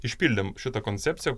išpildėm šitą koncepciją